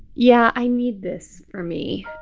yeah. i need this for me.